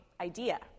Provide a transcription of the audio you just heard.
idea